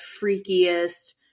freakiest